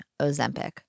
ozempic